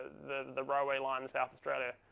the the railway line in south australia.